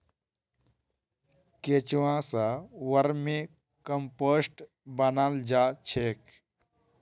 केंचुआ स vermicompost बनाल जा छेक